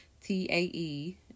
t-a-e